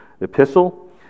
epistle